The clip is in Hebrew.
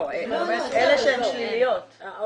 לא, אלה שהן שליליות.